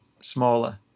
smaller